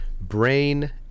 Brain